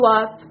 up